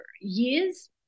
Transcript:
years